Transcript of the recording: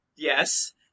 Yes